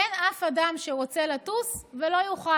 אין אף אדם שרוצה לטוס ולא יוכל,